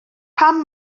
pam